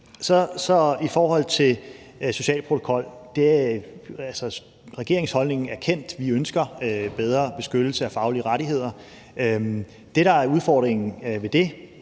der det med en social protokol. Regeringens holdning er kendt. Vi ønsker bedre beskyttelse af faglige rettigheder. Det, der er udfordringen ved det